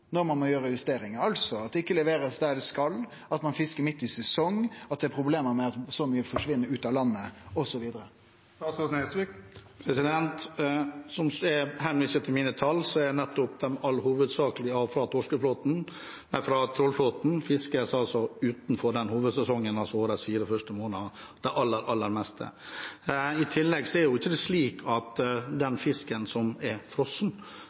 når ein må gjere justeringar, altså at det ikkje blir levert der det skal, at ein fiskar midt i sesong, at det er eit problem at så mykje forsvinn ut av landet, osv.? Som det er henvist til i mine tall når det gjelder trålflåten, fiskes det altså i hovedsak utenfor hovedsesongen – altså årets fire første måneder – det aller, aller meste. I tillegg er det jo ikke slik at den fisken som er frossen,